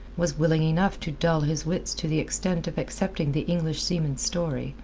was willing enough to dull his wits to the extent of accepting the english seaman's story,